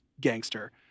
gangster